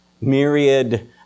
myriad